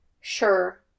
Sure